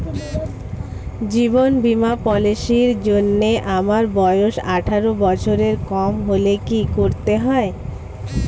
জীবন বীমা পলিসি র জন্যে আমার বয়স আঠারো বছরের কম হলে কি করতে হয়?